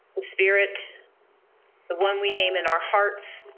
spirit the one we name in our hearts.